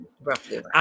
roughly